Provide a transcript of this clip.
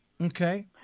Okay